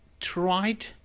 tried